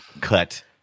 cut